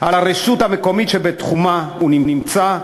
על הרשות המקומית שבתחומה הוא נמצא,